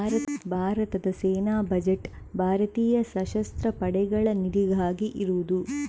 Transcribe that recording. ಭಾರತದ ಸೇನಾ ಬಜೆಟ್ ಭಾರತೀಯ ಸಶಸ್ತ್ರ ಪಡೆಗಳ ನಿಧಿಗಾಗಿ ಇರುದು